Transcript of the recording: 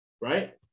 Right